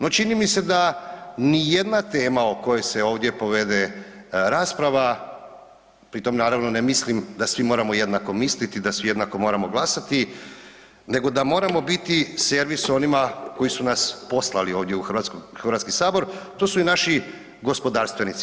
No, čini mi se da ni jedna tema o kojoj se ovdje povede rasprava pri tom naravno ne mislim da svi moramo jednako misliti, da svi jednako moramo glasati, nego da moramo biti servis onima koji su nas poslali ovdje u Hrvatski sabor, to su i naši gospodarstvenici.